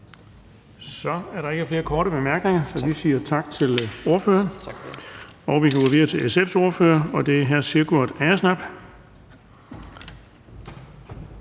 Så er der ikke flere korte bemærkninger, så vi siger tak til ordføreren. Og vi går videre til SF's ordfører, og det er hr. Sigurd Agersnap.